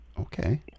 Okay